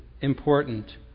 important